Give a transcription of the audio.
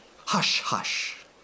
hush-hush